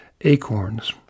acorns